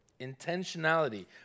Intentionality